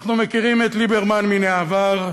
אנחנו מכירים את ליברמן מן העבר,